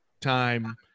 time